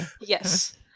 Yes